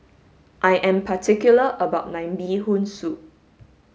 I am particular about my Mee hoon soup